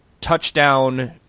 touchdown